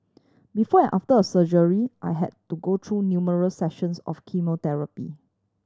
before and after a surgery I had to go through numerous sessions of chemotherapy